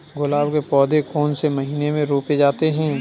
गुलाब के पौधे कौन से महीने में रोपे जाते हैं?